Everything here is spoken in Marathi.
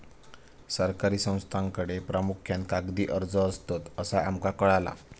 सरकारी संस्थांकडे प्रामुख्यान कागदी अर्ज असतत, असा आमका कळाला